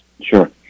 Sure